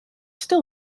still